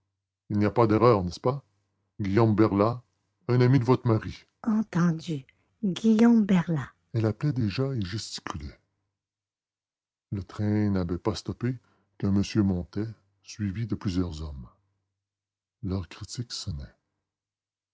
il n'y a pas d'erreur n'est-ce pas guillaume berlat un ami de votre mari entendu guillaume berlat elle appelait déjà et gesticulait le train n'avait pas stoppé qu'un monsieur montait suivi de plusieurs hommes l'heure critique sonnait